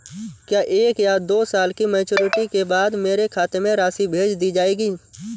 क्या एक या दो साल की मैच्योरिटी के बाद मेरे खाते में राशि भेज दी जाएगी?